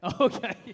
Okay